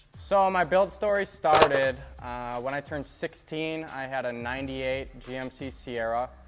so my build story started when i turned sixteen. i had a ninety eight gmc sierra.